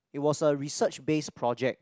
it was a research base project